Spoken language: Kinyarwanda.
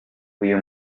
uyu